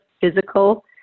physical